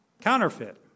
counterfeit